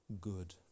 good